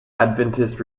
adventist